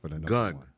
Gun